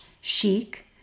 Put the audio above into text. chic